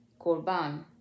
korban